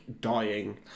dying